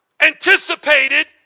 anticipated